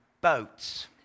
boats